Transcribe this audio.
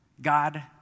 God